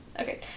Okay